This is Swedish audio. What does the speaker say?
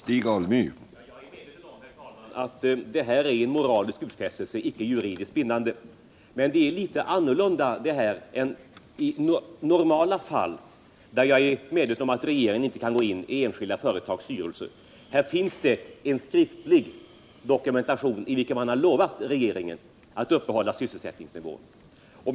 Herr talman! Jag är medveten om att detta är en moraliskt och inte en juridiskt bindande utfästelse. Men här ligger det annorlunda till än i normala fall, där regeringen inte går in i enskilda företags styrelser. Här finns det nämligen skriftlig dokumentation på att man har lovat regeringen att upprätthålla sysselsättningen.